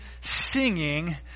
singing